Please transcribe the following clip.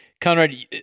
Conrad